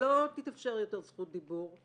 לא תתאפשר יותר זכות דיבור.